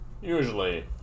Usually